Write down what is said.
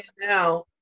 now